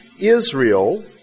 Israel